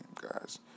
guys